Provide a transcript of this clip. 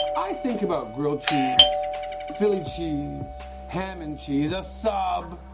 i think about grilled cheese philly cheese ham and cheese a sub,